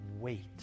wait